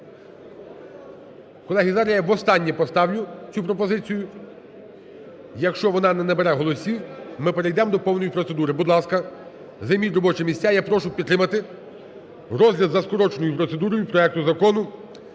Колеги, зараз я в останнє поставлю цю пропозицію, якщо вона не набере голосів, ми перейдемо до повної процедури. Будь ласка, займіть робочі місця. Я прошу підтримати розгляд за скороченою процедурою проекту Закону